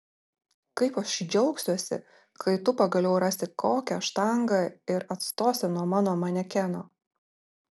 kaip aš džiaugsiuosi kai tu pagaliau rasi kokią štangą ir atstosi nuo mano manekeno